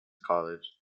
college